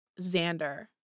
Xander